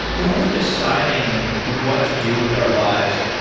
when we're deciding what to do with our lives,